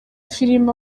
filime